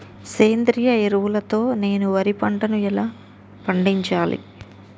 సేంద్రీయ ఎరువుల తో నేను వరి పంటను ఎలా పండించాలి?